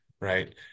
Right